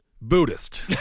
Buddhist